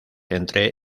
entre